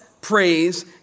Praise